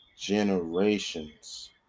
generations